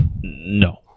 No